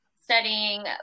studying